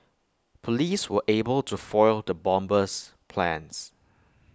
Police were able to foil the bomber's plans